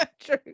true